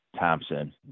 Thompson